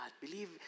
believe